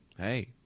hey